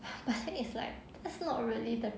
but is like that's not really the